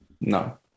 No